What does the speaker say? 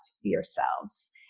yourselves